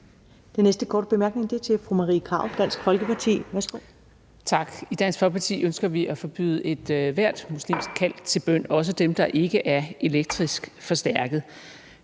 Det næste korte bemærkning er til fru Marie Krarup, Dansk Folkeparti. Værsgo. Kl. 15:32 Marie Krarup (DF): I Dansk Folkeparti ønsker vi at forbyde ethvert muslimsk kald til bøn, også dem, der ikke er elektrisk forstærket.